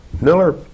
Miller